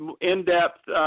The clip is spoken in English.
in-depth